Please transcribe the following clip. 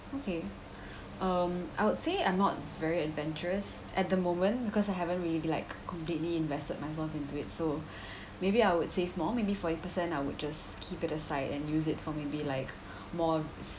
okay um I would say I'm not very adventurous at the moment because I haven't read like completely invested myself into it so maybe I would save more maybe forty percent I would just keep it aside and use it for maybe like more sa~